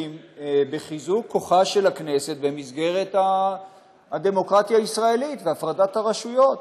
כי אם בחיזוק כוחה של הכנסת במסגרת הדמוקרטיה הישראלית והפרדת הרשויות.